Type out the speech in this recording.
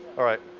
alright.